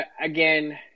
Again